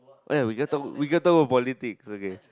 oh ya we can talk we can talk politics okay